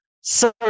Sir